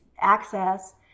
access